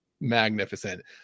magnificent